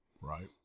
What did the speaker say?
right